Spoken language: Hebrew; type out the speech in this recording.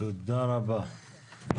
תודה רבה.